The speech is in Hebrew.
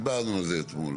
דיברנו על זה אתמול.